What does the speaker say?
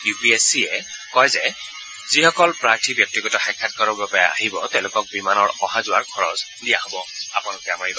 ইউপিএছচিয়ে কয় যে যিসকল প্ৰাৰ্থী ব্যক্তিগত সাক্ষাৎকাৰৰ বাবে আহিব তেওঁলোকক বিমানৰ অহা যোৱাৰ খৰচ দিয়া হ'ব